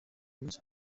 munsi